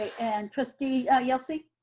and trustee yelsey?